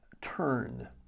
Turn